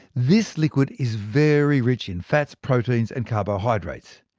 this liquid is very rich in fats, proteins and carbohydrates.